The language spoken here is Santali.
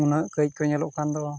ᱩᱱᱟᱹᱜ ᱠᱟᱹᱡᱠᱚ ᱧᱮᱞᱚᱜ ᱠᱟᱱᱫᱚ